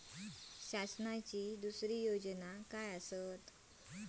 शासनाचो दुसरे योजना काय आसतत?